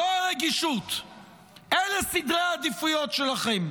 זו הרגישות, אלה סדרי העדיפויות שלכם.